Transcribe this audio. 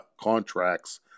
contracts